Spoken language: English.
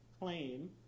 claim